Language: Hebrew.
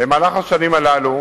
במהלך השנים הללו